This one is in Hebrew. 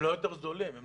הם לא יותר זולים.